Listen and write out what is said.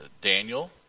Daniel